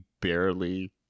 barely